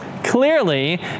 Clearly